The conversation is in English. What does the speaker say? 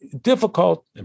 difficult